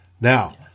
Now